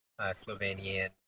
Slovenian